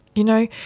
you know,